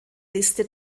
liste